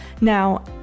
Now